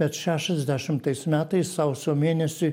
bet šešiasdešimtais metais sausio mėnesiui